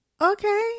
Okay